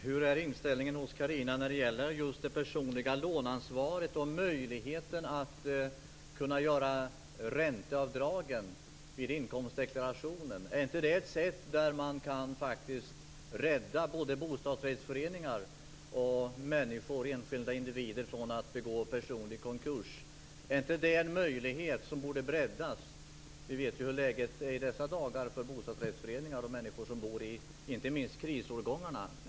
Fru talman! Vilken inställning har Carina Moberg när det gäller just det personliga låneansvaret och möjligheten att göra ränteavdrag vid inkomstdeklarationen? Är inte det ett sätt att faktiskt rädda både bostadsrättsföreningar och enskilda individer från personlig konkurs? Borde inte den möjligheten breddas? Vi vet ju hur läget är i dessa dagar för bostadsrättsföreningar och, inte minst, för människor som bor i hus som tillhör krisårgångarna.